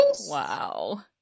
Wow